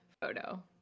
photo